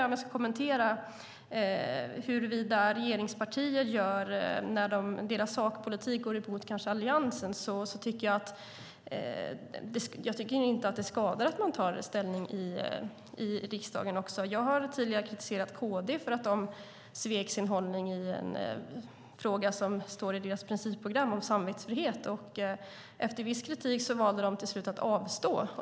Om jag ska kommentera hur regeringspartierna gör när deras sakpolitik kanske går emot Alliansen kan jag säga att jag inte tycker att det skadar att man tar ställning i riksdagen också. Jag har tidigare kritiserat KD för att de svek sin hållning i en fråga om samvetsfrihet som står i deras principprogram. Efter viss kritik valde de till slut att avstå.